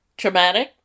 traumatic